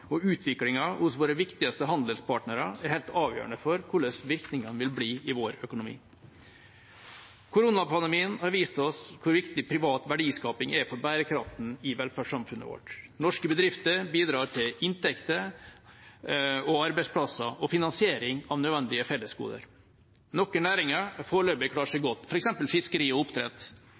og utviklingen hos våre viktigste handelspartnere er helt avgjørende for hvordan virkningene vil bli i vår økonomi. Koronapandemien har vist oss hvor viktig privat verdiskaping er for bærekraften i velferdssamfunnet vårt. Norske bedrifter bidrar til inntekter og arbeidsplasser og finansiering av nødvendige fellesgoder. Noen næringer har foreløpig klart seg godt, f.eks. fiskeri og oppdrett.